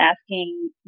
asking